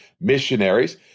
missionaries